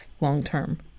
long-term